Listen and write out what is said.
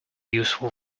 useful